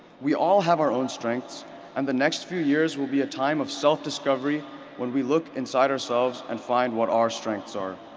we all have our own strengths and the next few years will be a time of self-discovery when we look inside ourselves and find what our strengths are.